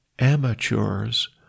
amateurs